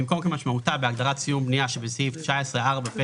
במקום "כמשמעותה בהגדרה "סיום בנייה" שבסעיף 19(4)(ב)(2)